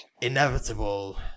inevitable